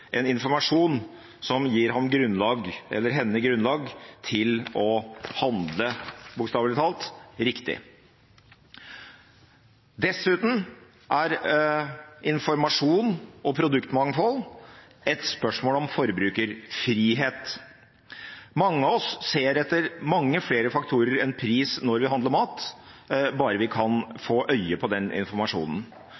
en informasjon som gir ham eller henne et grunnlag for å handle – bokstavelig talt – riktig. Dessuten er informasjon og produktmangfold et spørsmål om forbrukerfrihet. Mange av oss ser etter mange flere faktorer enn pris når vi handler mat, bare vi kan få øye på den informasjonen.